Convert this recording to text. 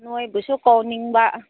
ꯅꯣꯏꯕꯨꯁꯨ ꯀꯧꯅꯤꯡꯕ